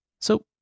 So